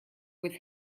with